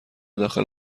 داخل